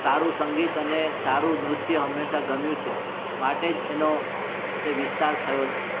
સારું સંગીત અને સારું નૃત્ય હંમેશા ગમ્યું છે માટે જ એનો છે તે વિસ્તાર થયો છે